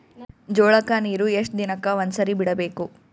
ಜೋಳ ಕ್ಕನೀರು ಎಷ್ಟ್ ದಿನಕ್ಕ ಒಂದ್ಸರಿ ಬಿಡಬೇಕು?